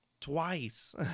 Twice